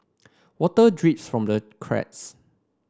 water drips from the cracks